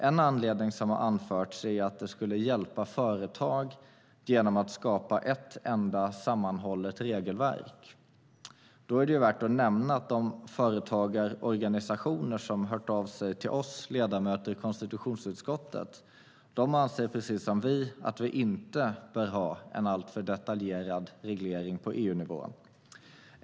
En anledning som anförts är att det skulle hjälpa företag genom att skapa ett enda sammanhållet regelverk. Därför är det värt att nämna att de företagarorganisationer som hört av sig till oss ledamöter i konstitutionsutskottet anser precis som vi att vi inte bör ha en alltför detaljerad reglering på EU-nivå.